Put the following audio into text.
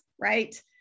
right